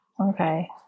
Okay